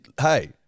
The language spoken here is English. hey